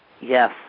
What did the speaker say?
Yes